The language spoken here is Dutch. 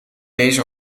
deze